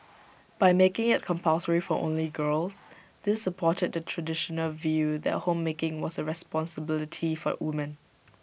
by making IT compulsory for only girls this supported the traditional view that homemaking was A responsibility for women